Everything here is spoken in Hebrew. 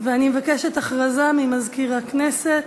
אני מבקשת, הודעה למזכיר הכנסת.